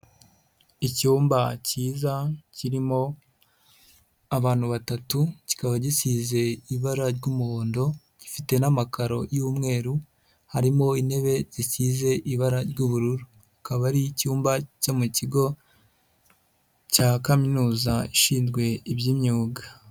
Icyumba cyiza kirimo abantu batatu, kikaba gisize ibara ry'umuhondo, gifite n'amakaro yu'mweru, harimo intebe zisize ibara ry'ubururu, akaba ari icyumba cyo mu kigo cya kaminuza ishinzwe iby'imyuga.